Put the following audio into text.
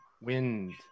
wind